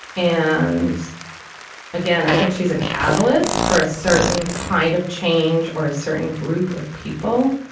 and again i think she's a catalyst for a certain kind of change or a certain group of people